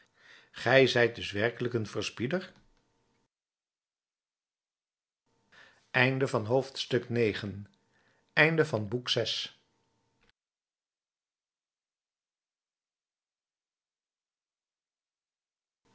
gij t ge zijt dus werkelijk een verspieder